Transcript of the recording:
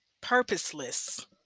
purposeless